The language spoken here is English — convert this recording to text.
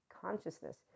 consciousness